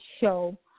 show